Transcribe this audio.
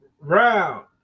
round